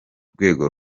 rwego